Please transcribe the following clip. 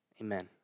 Amen